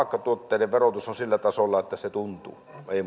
tupakkatuotteiden verotus on sillä tasolla että se tuntuu ei